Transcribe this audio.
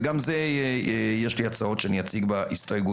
וגם בזה יש לי הצעות שאני אציג בהסתייגויות.